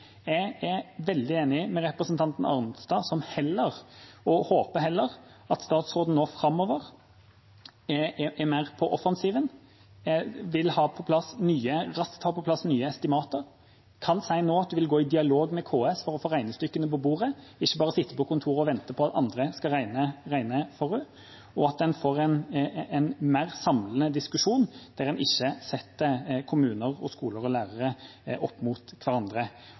Jeg er veldig enig med representanten Arnstad, og håper at statsråden nå framover er mer på offensiven – raskt vil ha på plass nye estimater, kan si at hun vil gå i dialog med KS for å få regnestykkene på bordet – ikke bare sitte på kontoret og vente på at andre skal regne for henne, og at en får en mer samlende diskusjon, der en ikke setter kommuner, skoler og lærere opp mot hverandre,